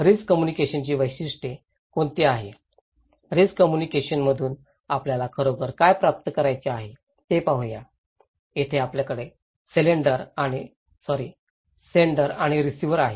risk कम्युनिकेशनची उद्दीष्टे कोणती आहेत रिस्क कम्युनिकेशनतून आपल्याला खरोखर काय प्राप्त करायचे आहे ते पाहू या येथे आपल्याकडे सेण्डर आणि रिसिव्हर आहे